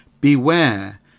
Beware